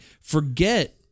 Forget